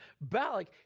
Balak